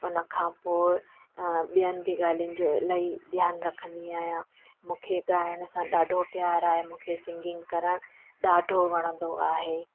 उन खां पोइ ॿियनि बि ॻाल्हियुनि जो इलाही ध्यानि रखंदी आहियां मूंखे ॻाइण सां ॾाढो प्यारु आहे मूंखे सिंगींग करणु ॾाढो वणंदो आहे